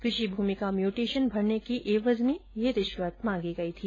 कृषि भूमि का म्यूटेशन भरने की एवज में ये रिश्वत मांगी गई थी